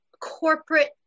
Corporate